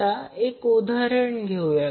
आता एक उदाहरण घेऊया